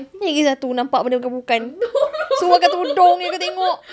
ni lagi satu nampak benda bukan-bukan semua pakai tudung jer aku tengok